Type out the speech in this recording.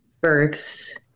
births